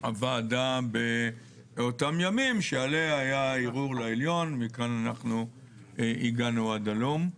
הוועדה באותם ימים שעליה היה ערעור לעליון ומכאן הגענו עד הלום.